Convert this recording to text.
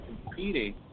competing